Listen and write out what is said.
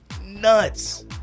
nuts